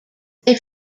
they